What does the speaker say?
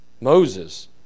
Moses